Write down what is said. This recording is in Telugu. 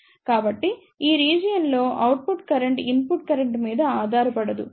కాబట్టి ఈ రీజియన్ లో అవుట్పుట్ కరెంట్ ఇన్పుట్ కరెంట్ మీద ఆధారపడదు